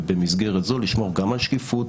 ובמסגרת זו לשמור גם על שקיפות,